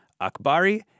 Akbari